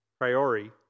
priori